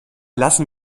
lassen